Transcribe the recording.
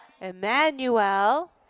Emmanuel